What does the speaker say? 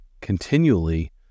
continually